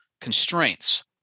constraints